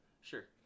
sure